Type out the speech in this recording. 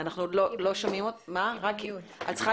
את חיברת